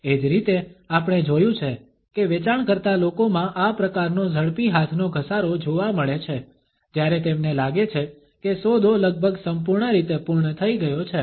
એ જ રીતે આપણે જોયું છે કે વેચાણકર્તા લોકોમાં આ પ્રકારનો ઝડપી હાથનો ઘસારો જોવા મળે છે જ્યારે તેમને લાગે છે કે સોદો લગભગ સંપૂર્ણ રીતે પૂર્ણ થઈ ગયો છે